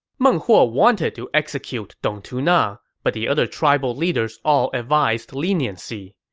meng huo wanted to execute dong tuna, but the other tribal leaders all advised leniency,